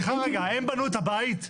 סליחה רגע, הם בנו את הבית?